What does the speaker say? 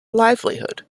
livelihood